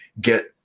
get